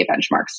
benchmarks